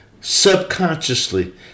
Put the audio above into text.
subconsciously